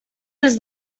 els